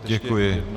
Děkuji.